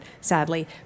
sadly